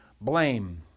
blame